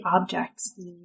objects